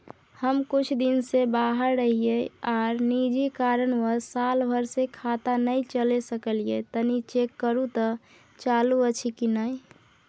हम कुछ दिन से बाहर रहिये आर निजी कारणवश साल भर से खाता नय चले सकलियै तनि चेक करू त चालू अछि कि नय?